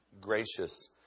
gracious